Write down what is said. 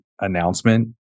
announcement